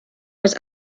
was